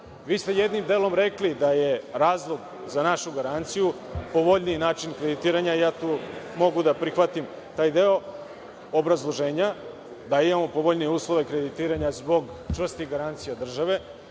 ste jednim delom rekli da je razlog za našu garanciju povoljniji način kreditiranja i mogu da prihvatim taj deo obrazloženja da imamo povoljnije uslove kreditiranja zbog čvrstih garancija države,